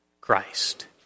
Christ